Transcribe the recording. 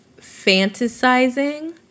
fantasizing